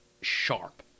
sharp